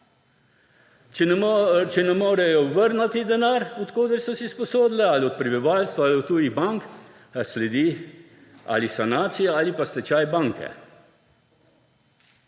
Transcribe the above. ne morejo vrniti, od koder so si sposodile, ali od prebivalstva ali od tujih bank, sledi sanacija ali pa stečaj banke.